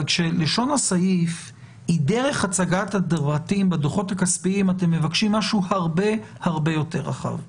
אבל לשון הסעיף היא שדרך הצגת הדוחות אתם מבקשים משהו הרבה יותר רחב.